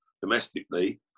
domestically